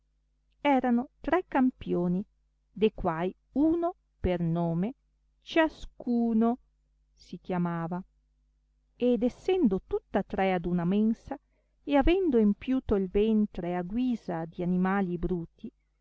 erano tre campioni de quai uno per nome ciascuno si chiamava ed essendo tutta tre ad una mensa e avendo empiuto il ventre a guisa di animali bruti